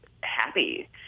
happy